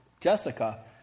Jessica